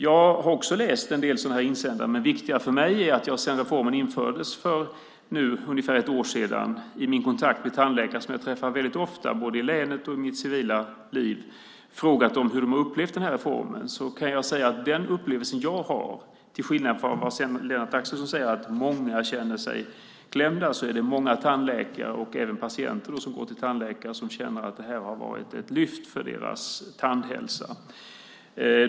Jag har också läst en del sådana insändare, men viktigare för mig är att jag sedan reformen infördes för ungefär ett år sedan i min kontakt med tandläkare som jag träffar väldigt ofta, både i länet och i mitt civila liv, har frågat hur de har upplevt den här reformen. Jag kan säga att den upplevelse jag har, till skillnad från vad Lennart Axelsson säger om att många känner sig klämda, är att många tandläkare och även patienter känner att det här har varit ett lyft för deras tandhälsa.